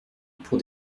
pour